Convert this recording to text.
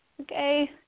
okay